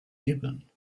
gibbon